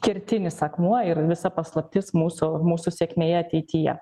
kertinis akmuo ir visa paslaptis mūsų mūsų sėkmėje ateityje